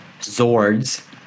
Zords